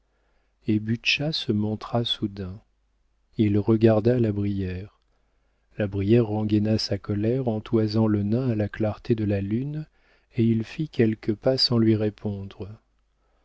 butscha se montra soudain il regarda la brière la brière rengaina sa colère en toisant le nain à la clarté de la lune et il fit quelques pas sans lui répondre